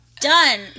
Done